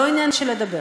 לא עניין של לדבר.